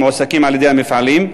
המועסקים על-ידי המפעלים.